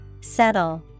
Settle